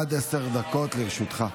עד עשר דקות לרשותך.